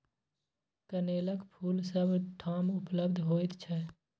कनेलक फूल सभ ठाम उपलब्ध होइत छै